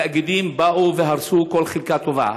התאגידים באו והרסו כל חלקה טובה.